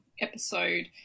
episode